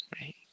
right